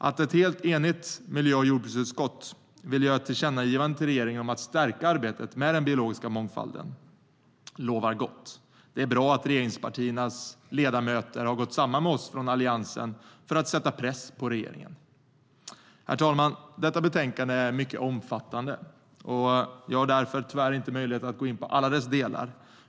Att ett helt enigt miljö och jordbruksutskott vill göra ett tillkännagivande till regeringen om att stärka arbetet med den biologiska mångfalden lovar gott. Det är bra att regeringspartiernas ledamöter har gått samman med oss från Alliansen för att sätta press på regeringen. Herr talman! Detta betänkande är mycket omfattande, och jag har därför tyvärr inte möjlighet att gå in på alla dess delar.